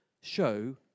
Show